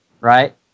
Right